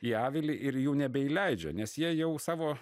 į avilį ir jų nebeįleidžia nes jie jau savo